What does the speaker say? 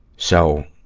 so,